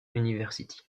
university